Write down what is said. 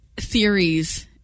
theories